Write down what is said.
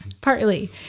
partly